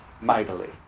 mightily